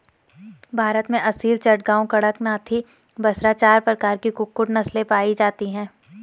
भारत में असील, चटगांव, कड़कनाथी, बसरा चार प्रकार की कुक्कुट नस्लें पाई जाती हैं